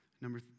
Number